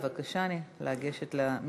בבקשה לגשת למיקרופון.